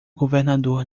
governador